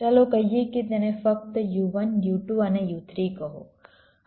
ચાલો કહીએ કે તેને ફક્ત u1 u2 અને u3 કહો